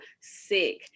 sick